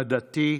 עדתי,